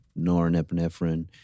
norepinephrine